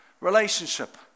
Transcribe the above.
relationship